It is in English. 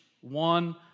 one